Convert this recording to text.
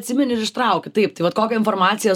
atsimeni ir ištraukiu taip tai vat kokią informaciją